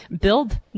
build